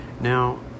Now